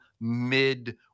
mid—